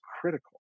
critical